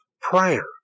prayer